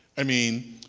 i mean,